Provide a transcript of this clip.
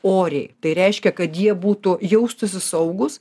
oriai tai reiškia kad jie būtų jaustųsi saugūs